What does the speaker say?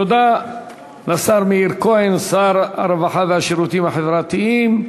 תודה לשר מאיר כהן, שר הרווחה והשירותים החברתיים.